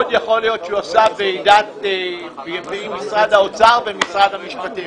מאוד יכול להיות שהוא עשה ועידה עם משרד האוצר ומשרד המשפטים.